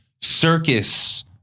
circus